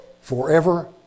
forever